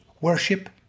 worship